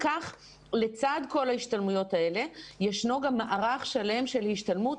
לצד כל ההשתלמויות האלה ישנו גם מערך שלם של השתלמות,